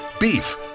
Beef